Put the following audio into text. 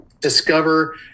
discover